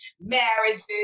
marriages